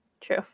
True